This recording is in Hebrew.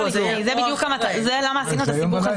זה בדיוק למה עשינו את הסיבוך.